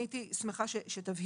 הייתי שמחה שתבהיר.